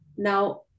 Now